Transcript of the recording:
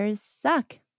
suck